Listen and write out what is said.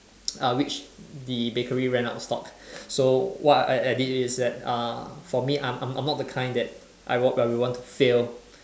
uh which the bakery ran out of stock so what I I I did is that uh for me I'm I'm not the kind that I work and I want to fail